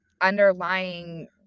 underlying